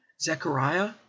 Zechariah